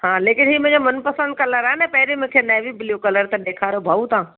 हा लेकिन इहो मुंहिंजो मनपसंदि कलर आहे न पहिरियों मूंखे नेवी ब्लू कलर त ॾेखारियो भाऊं तव्हां